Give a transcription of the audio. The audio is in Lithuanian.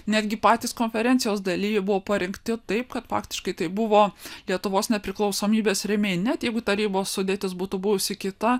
netgi patys konferencijos dalyviai buvo parinkti taip kad faktiškai tai buvo lietuvos nepriklausomybės rėmėjai net jeigu tarybos sudėtis būtų buvusi kita